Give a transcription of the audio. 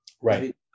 Right